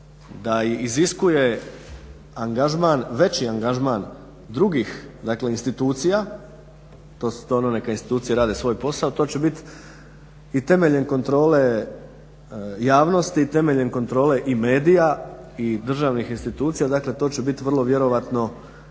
da iziskuje veći angažman drugih institucija, to je ono neka institucije rade svoj posao, to će biti i temeljem kontrole javnosti, temeljem kontrole i medija i državnih institucija. Dakle, to će biti vrlo vjerojatno